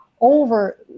over